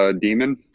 demon